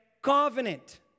Covenant